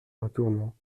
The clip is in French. retournant